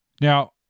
Now